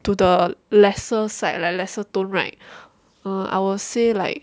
to the lesser side like lesser tone right err I will say like